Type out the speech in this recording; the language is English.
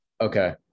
Okay